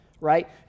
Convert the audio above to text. right